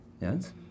Yes